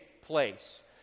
place